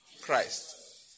Christ